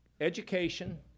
education